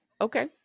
Okay